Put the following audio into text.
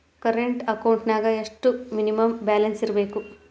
Current ಅಕೌಂಟೆಂನ್ಯಾಗ ಎಷ್ಟ minimum balance ಇರ್ಬೇಕು?